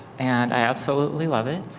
and i absolutely love it.